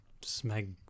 Smeg